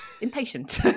impatient